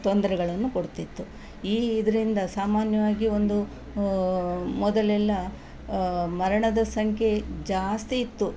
ತೊಂದರೆಗಳನ್ನು ಕೊಡ್ತಿತ್ತು ಈ ಇದರಿಂದ ಸಾಮಾನ್ಯವಾಗಿ ಒಂದು ಮೊದಲೆಲ್ಲ ಮರಣದ ಸಂಖ್ಯೆ ಜಾಸ್ತಿ ಇತ್ತು